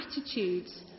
attitudes